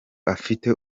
afite